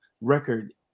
record